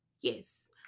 Yes